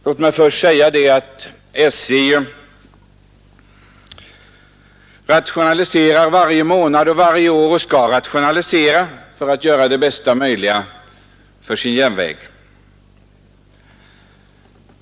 Låt mig först säga att SJ varje månad och varje år rationaliserar och skall göra det för att skapa bästa möjliga förutsättningar för sin verksamhet.